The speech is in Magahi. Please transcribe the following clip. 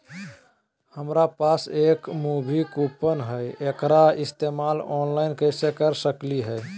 हमरा पास एक मूवी कूपन हई, एकरा इस्तेमाल ऑनलाइन कैसे कर सकली हई?